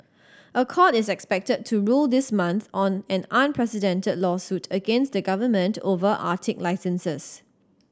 a court is expected to rule this month on an unprecedented lawsuit against the government over Arctic licenses